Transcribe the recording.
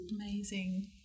Amazing